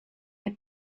had